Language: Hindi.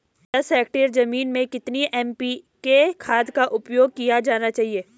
दस हेक्टेयर जमीन में कितनी एन.पी.के खाद का उपयोग किया जाना चाहिए?